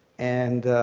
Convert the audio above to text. and